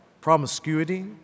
promiscuity